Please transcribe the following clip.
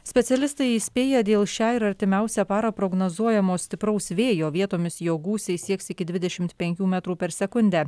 specialistai įspėja dėl šią ir artimiausią parą prognozuojamo stipraus vėjo vietomis jo gūsiai sieks iki dvidešimt penkių metrų per sekundę